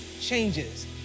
changes